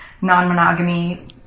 non-monogamy